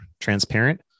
transparent